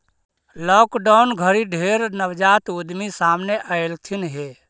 lockdown घरी ढेर नवजात उद्यमी सामने अएलथिन हे